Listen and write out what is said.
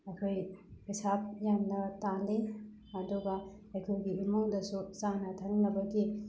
ꯑꯩꯈꯣꯏ ꯄꯩꯁꯥ ꯌꯥꯝꯅ ꯇꯥꯟꯂꯤ ꯑꯗꯨꯒ ꯑꯩꯈꯣꯏꯒꯤ ꯏꯃꯨꯡꯗꯁꯨ ꯆꯥꯅ ꯊꯛꯅꯕꯒꯤ